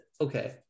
okay